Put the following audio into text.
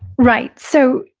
right. so,